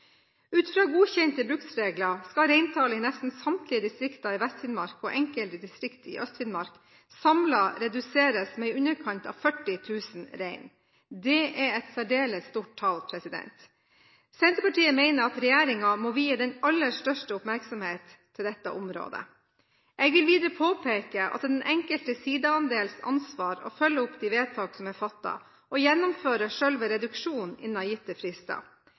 Ut fra godkjente bruksregler skal reintallet i nesten samtlige distrikter i Vest-Finnmark og enkelte distrikter i Øst-Finnmark samlet reduseres med i underkant av 40 000 rein. Det er et særdeles stort tall. Senterpartiet mener at regjeringen må vie den aller største oppmerksomhet til dette området. Jeg vil videre påpeke at det er den enkelte sidaandels ansvar å følge opp de vedtak som er fattet, og gjennomføre selve reduksjonen innen gitte frister.